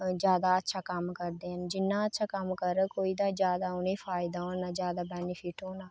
जादा अच्छा कम्म करदे न जिन्ना जादै अच्छा कम्म करग कोई तां जादै उ'नेंगी फायदा होना जादै उ'नेंगी बेनीफिट होना